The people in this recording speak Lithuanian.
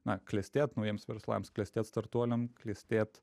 na klestėt naujiems verslams klestėt startuoliam klestėt